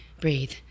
breathe